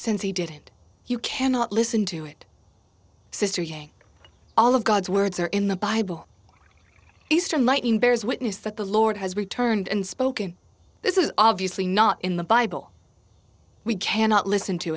since he did you cannot listen to it sister all of god's words are in the bible eastern lightning bears witness that the lord has returned and spoken this is obviously not in the bible we cannot listen to